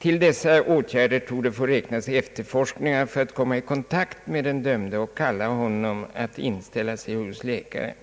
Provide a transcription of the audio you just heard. Till sådana åtgärder torde få räknas efterforskningar för att komma i kontakt med den dömde och kalla honom att inställa sig hos läkare.